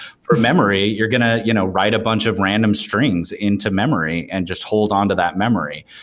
for memory, you're going to you know write a bunch of random strings into memory and just hold on to that memory.